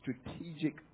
strategic